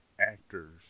actors